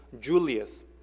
Julius